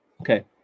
Okay